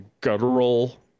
guttural